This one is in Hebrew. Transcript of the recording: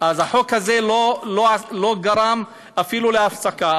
החוק הזה לא גרם אפילו להפסקה.